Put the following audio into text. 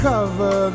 Cover